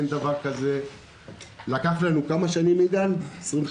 לקח לנו יותר מ-25